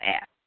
app